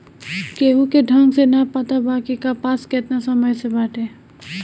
केहू के ढंग से ना पता बा कि कपास केतना समय से बाटे